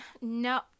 No